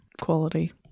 quality